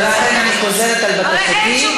ולכן אני חוזרת על בקשתי.